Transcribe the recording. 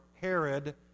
Herod